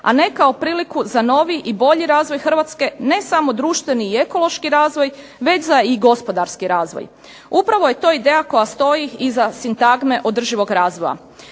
a ne kao priliku za novi i bolji razvoj Hrvatske, ne samo društveni i ekološki razvoj već za i gospodarski razvoj. Upravo je to ideja koja stoji iza sintagme održivog razvoja.